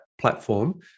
platform